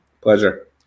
Pleasure